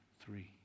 three